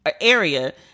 area